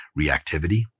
Reactivity